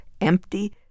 empty